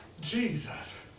Jesus